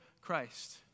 Christ